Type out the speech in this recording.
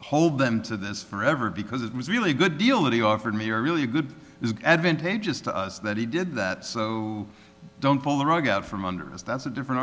hold them to this forever because it was really a good deal that he offered me a really good is advantageous to us that he did that so don't pull the rug out from under us that's a different